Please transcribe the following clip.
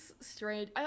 strange